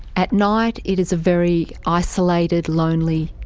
at night it is a very isolated, lonely,